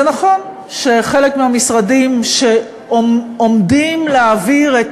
זה נכון שחלק מהמשרדים שעומדים להעביר את